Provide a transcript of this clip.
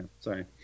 sorry